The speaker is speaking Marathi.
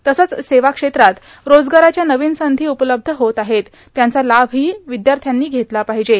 तसंच सेवा क्षेत्रात रोजगाराच्या नवीन संधी उपलब्ध होत आहेत त्यांचा लाभ पण र्ववद्याथ्यानी घेतला पर्ााहजे